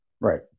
Right